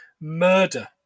murder